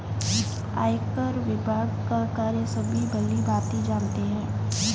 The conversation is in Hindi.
आयकर विभाग का कार्य सभी भली भांति जानते हैं